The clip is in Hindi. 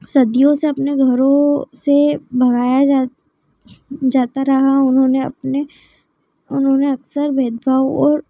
सदियों से अपने घरों से भगाया जाए जाता रहा उन्होंने अपने उन्होंने अक्सर भेदभाव और